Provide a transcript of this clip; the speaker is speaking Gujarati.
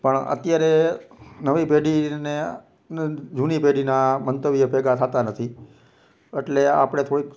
પણ અત્યારે નવી પેઢી ને જૂની પેઢીના મંતવ્ય ભેગા થતાં નથી અટલે આપણે થોડીક